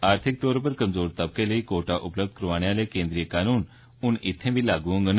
आर्थिक तौर उप्पर कमजोर तबके लेई कोटा उपलब्ध करोआने आह्ले केन्द्रीय कानून हुन इत्थै बी लागू होंडन